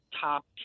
top